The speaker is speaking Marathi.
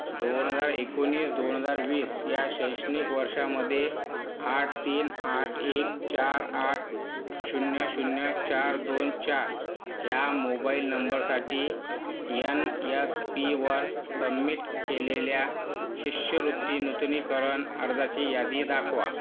दोन हजार एकोणीस दोन हजार वीस या शैक्षणिक वर्षामध्ये आठ तीन आठ एक चार आठ शून्य शून्य चार दोन चार ह्या मोबाईल नंबरसाठी एन एस पीवर सबमिट केलेल्या शिष्यवृत्ती नूतनीकरण अर्जाची यादी दाखवा